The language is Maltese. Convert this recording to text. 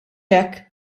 hekk